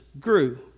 grew